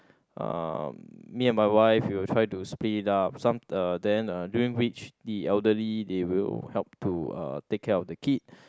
uh me and my wife we will try to spilt it up some uh then uh during which the elderly they will help to uh take care of the kid